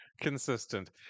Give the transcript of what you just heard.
consistent